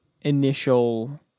initial